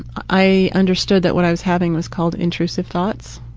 i understood that what i was having was called intrusive thoughts.